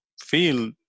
feel